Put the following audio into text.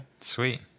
sweet